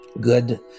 good